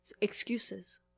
excuses